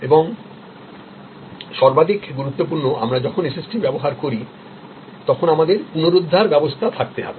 এবং সর্বাধিক গুরুত্বপূর্ণ আমরা যখন SST ব্যবহার করি তখন আমাদের পুনরুদ্ধার ব্যবস্থা থাকতে হবে